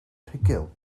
rhugl